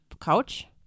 couch